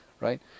right